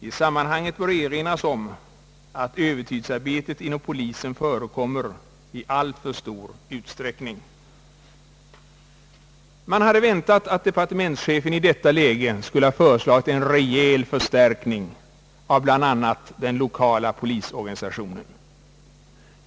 I sammanhanget bör också erinras om att övertidsarbete förekommer i alltför stor utsträckning inom polisen. Man hade väntat att departementschefen i detta läge skulle ha föreslagit en rejäl förstärkning av bl.a. den 1okala polisorganisationen.